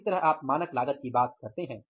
तो इसी तरह आप मानक लागत की बात करते हैं